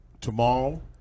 tomorrow